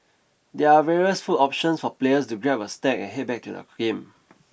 there are various food options for players to grab a snack and head back to the game